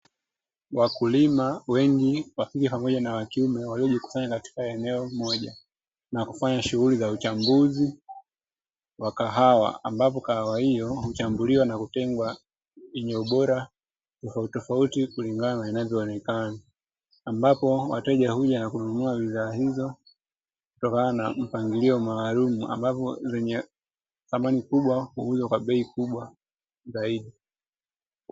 Wakulima wengi wakike pamoja na wakiume wamejikusanya katika eneo moja na kufanya shughuli za uchambuzi na kahawa, ambazo kahawa hizo huchambuliwa na kutengwa iliyobora tofautitofauti kulingana na inavyoonekana, ambapo wateja huja na kununua bidhaa hizo kutokana na mpangilio maalumu ambazo zenye thamani kubwa huuzwa kwa bei kubwa zaidi.